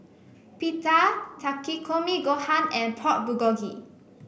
Pita Takikomi Gohan and Pork Bulgogi